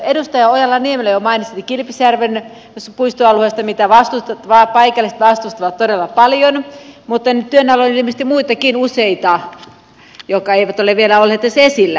edustaja ojala niemelä jo mainitsikin kilpisjärven puistoalueesta jota paikalliset vastustavat todella paljon mutta nyt työn alla on ilmeisesti useita muitakin jotka eivät ole vielä olleet tässä esillä